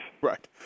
Right